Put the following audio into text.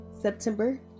September